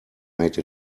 made